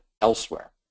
elsewhere